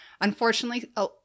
unfortunately